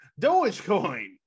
Dogecoin